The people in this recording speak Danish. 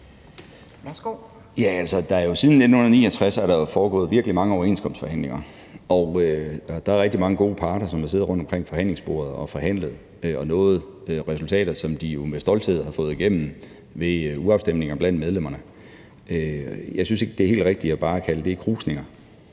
Siden 1969 er der jo foregået virkelig mange overenskomstforhandlinger, og der er rigtig mange gode parter, som har siddet rundtomkring forhandlingsbordet og har forhandlet og har nået resultater, som de med stolthed har fået igennem ved urafstemninger blandt medlemmerne. Jeg synes ikke, det er helt rigtigt bare at kalde det krusninger.